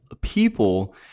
people